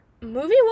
movie